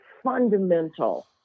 fundamental